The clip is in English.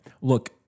look